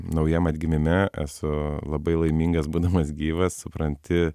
naujam atgimime esu labai laimingas būdamas gyvas supranti